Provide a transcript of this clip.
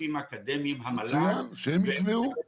גופים אקדמיים, המל"ג -- מצוין, שהם יקבעו.